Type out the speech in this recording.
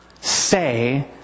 say